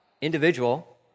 individual